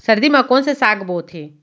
सर्दी मा कोन से साग बोथे?